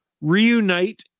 reunite